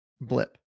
blip